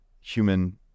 human